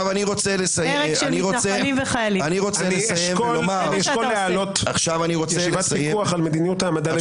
עכשיו אני רוצה לסיים ולומר --- לימור סון הר מלך